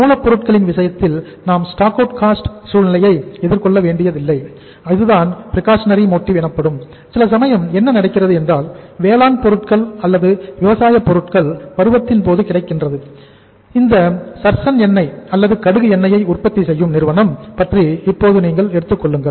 மூலப்பொருட்களின் விஷயத்தில் நாம் ஸ்டாக் அவுட் காஸ்ட் எண்ணெய் அல்லது கடுகு எண்ணெயை உற்பத்தி செய்யும் நிறுவனத்தைப் பற்றி இப்போது நீங்கள் எடுத்துக்கொள்ளுங்கள